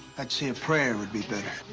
i'd say a prayer would be better.